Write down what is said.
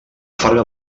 farga